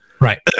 Right